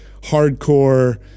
hardcore